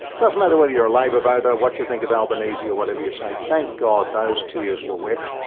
doesn't matter whether you're a labor voter, what you think of albanese or whatever you say, thank god those tears were wept,